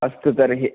अस्तु तर्हि